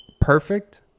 perfect